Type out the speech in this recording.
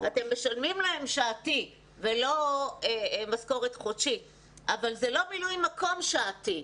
אתם משלמים להם שעתי ולא משכורת חודשית אבל זה לא מילוי מקום שעתי.